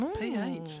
PH